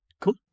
Cool